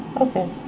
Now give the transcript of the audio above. Okay